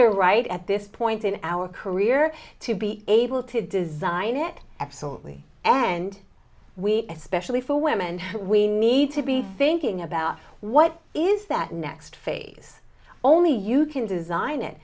the right at this point in our career to be able to design it absolutely and we especially for women we need to be thinking about what is that next phase only you can design it